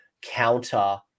counter